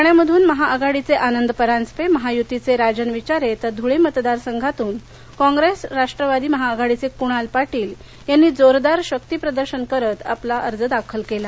ठाण्यामधून महाआघाडीचे आनंद परांजपे महायुतीचे राजन विचारे तर धुळे मतदार संघातून काँप्रेस राष्ट्रवादी महाआघाडीचे कुणाल पाटील यांनी जोरदार शक्तीप्रदर्शन करत आपला अर्ज दाखल केला